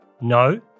No